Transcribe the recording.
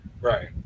Right